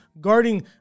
guarding